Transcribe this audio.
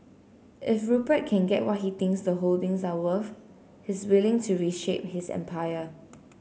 if Rupert can get what he thinks the holdings are worth he's willing to reshape his empire